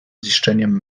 ziszczeniem